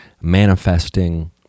manifesting